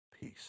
peace